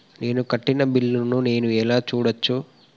నేను కట్టిన బిల్లు ను నేను ఎలా చూడచ్చు?